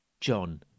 John